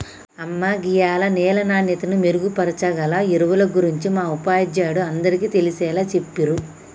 అమ్మ గీయాల నేల నాణ్యతను మెరుగుపరచాగల ఎరువుల గురించి మా ఉపాధ్యాయుడు అందరికీ తెలిసేలా చెప్పిర్రు